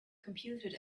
computed